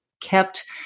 kept